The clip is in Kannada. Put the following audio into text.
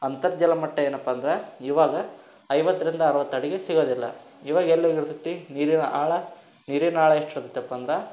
ಅಂತರ್ಜಲ ಮಟ್ಟ ಏನಪ್ಪ ಅಂದ್ರೆ ಇವಾಗ ಐವತ್ತರಿಂದ ಅರವತ್ತು ಅಡಿಗೆ ಸಿಗೊದಿಲ್ಲ ಇವಾಗ ಎಲ್ಲೆಲ್ಲು ಇರತೈತಿ ನೀರಿನ ಆಳ ನೀರಿನ ಆಳ ಎಷ್ಟು ಇರತೈತಪ್ಪ ಅಂದ್ರೆ